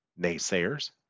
naysayers